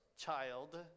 child